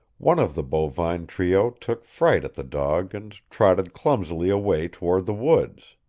one of the bovine trio took fright at the dog and trotted clumsily away toward the woods.